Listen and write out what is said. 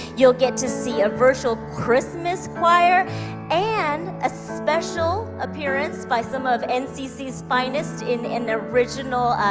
you'll get to see a virtual christmas choir and a special appearance by some of nccs finest in an original,